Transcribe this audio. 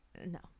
no